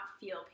feel